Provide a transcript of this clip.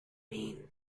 mean